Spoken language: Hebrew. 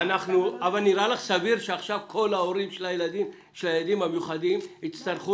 נראה לך סביר שעכשיו כל ההורים של הילדים המיוחדים יצטרכו